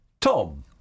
Tom